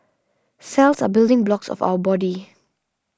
cells are building blocks of our body